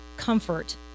Comfort